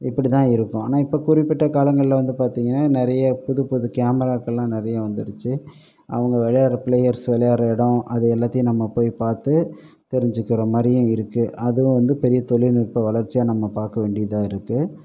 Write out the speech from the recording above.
இப்படிதான் இருக்கும் ஆனால் இப்போ குறிப்பிட்ட காலங்களில் வந்து பார்த்தீங்க நிறைய புதுப்புது கேமராக்களெலாம் நிறையா வந்துடுச்சி அவங்க விளையாடுகிற பிளேயர்ஸ் விளையாடுகிற இடம் அது எல்லாத்தையும் நம்ம போய் பார்த்து தெரிஞ்சுக்கிற மாதிரியும் இருக்குது அதுவும் வந்து பெரிய தொழில்நுட்ப வளர்ச்சியாக நம்ம பார்க்க வேண்டியதாக இருக்கு